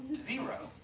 zero.